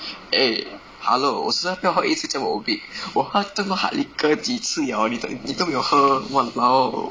eh hello 是那个 hui yi 一直叫我 obit 我喝这样多 hard liquor 几次了你你都没有喝 !walao!